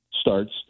starts